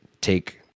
take